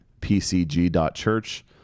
pcg.church